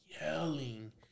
yelling